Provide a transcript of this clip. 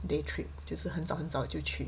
day trip 就是很早很早就去